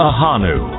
Ahanu